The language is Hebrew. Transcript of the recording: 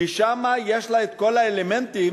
כי שם יש לה כל האלמנטים